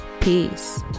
peace